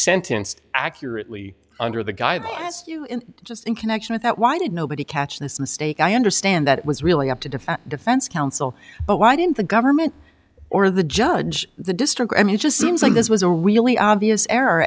sentenced accurately under the guidelines you in just in connection with that why did nobody catch this mistake i understand that it was really up to defy defense counsel but why didn't the government or the judge the district i mean it just seems like this was a really obvious error